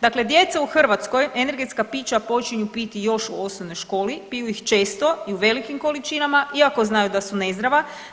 Dakle, djeca u Hrvatskoj energetska pića počinju piti još u osnovnoj školi, piju ih često i u velikim količinama iako znaju da su nezdrava.